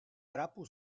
trapu